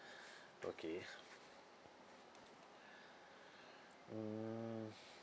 okay mm